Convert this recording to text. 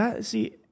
see